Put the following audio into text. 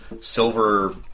silver